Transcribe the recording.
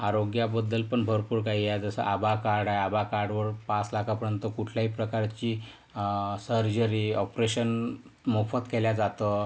आरोग्याबद्दल पण भरपूर काही आहे जसं आभा कार्ड आहे आभा कार्डवर पाच लाखापर्यंत कुठल्याही प्रकारची सर्जरी ऑपरेशन मोफत केलं जातं